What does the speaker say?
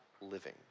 living